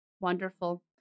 Wonderful